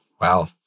wow